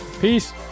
Peace